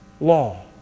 law